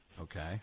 okay